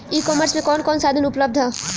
ई कॉमर्स में कवन कवन साधन उपलब्ध ह?